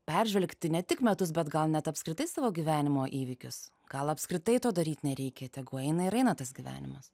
peržvelgti ne tik metus bet gal net apskritai savo gyvenimo įvykius gal apskritai to daryt nereikia tegu eina ir eina tas gyvenimas